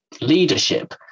leadership